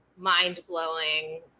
mind-blowing